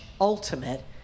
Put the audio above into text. ultimate